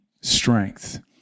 strength